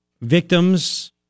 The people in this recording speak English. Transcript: victims